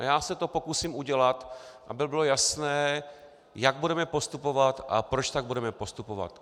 Já se to pokusím udělat, aby bylo jasné, jak budeme postupovat a proč tak budeme postupovat.